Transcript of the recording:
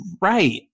Right